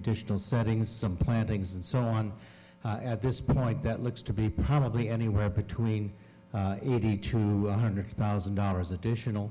additional settings some plantings and so on at this point that looks to be probably anywhere between one hundred thousand dollars additional